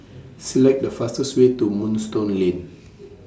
Select The fastest Way to Moonstone Lane